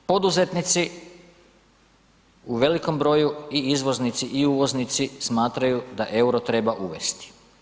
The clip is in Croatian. Poduzetnici u velikom broju i izvoznici i uvoznici smatra da EUR-o treba uvesti.